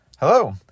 Hello